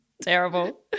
terrible